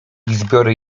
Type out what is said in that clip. zbiory